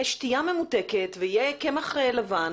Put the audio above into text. תהיה שתייה ממותקת, יהיה קמח לבן.